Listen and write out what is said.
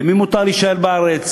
למי מותר להישאר בארץ,